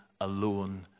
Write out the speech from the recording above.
alone